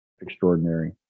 extraordinary